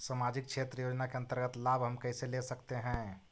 समाजिक क्षेत्र योजना के अंतर्गत लाभ हम कैसे ले सकतें हैं?